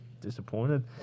disappointed